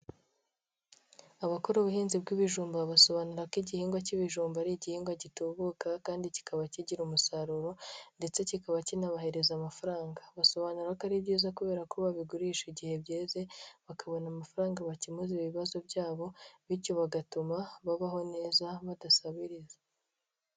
Abakora ubuhinzi bw'ibijumba basobanura ko igihingwa cy'ibijumba ari igihingwa gitubuka kandi kikaba kigira umusaruro ndetse kikaba kinabahereza amafaranga, basobanura ko ari byiza kubera ko babigurisha igihe byeze bakabona amafaranga bakemuza ibibazo byabo bityo bigatuma babaho neza badasabiriza.